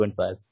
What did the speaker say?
25